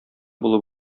булып